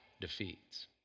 defeats